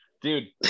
Dude